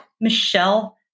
Michelle